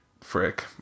Frick